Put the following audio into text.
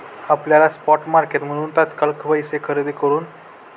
आपल्याला स्पॉट मार्केटमधून तात्काळ पैसे भरून सिक्युरिटी खरेदी करता येईल